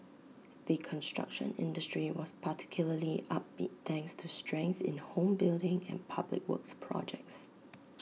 the construction industry was particularly upbeat thanks to strength in home building and public works projects